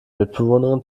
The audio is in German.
mitbewohnerin